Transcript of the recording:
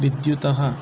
विद्युतः